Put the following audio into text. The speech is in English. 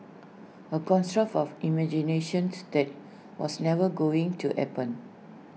A construct of imaginations that was never going to happen